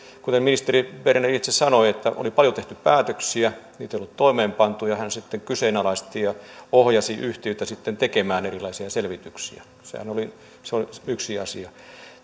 kuten ministeri berner itse sanoi oli paljon tehty päätöksiä niitä ei ollut toimeenpantu ja hän sitten kyseenalaisti ja ohjasi yhtiötä tekemään erilaisia selvityksiä se oli yksi asia